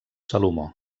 salomó